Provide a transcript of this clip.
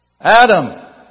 Adam